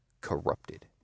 corrupted